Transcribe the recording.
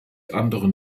anderen